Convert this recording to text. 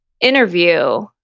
interview